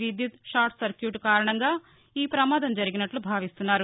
విద్యుత్ short circuit కారణంగా ఈ ప్రమాదం జరిగినట్లు భావిస్తున్నారు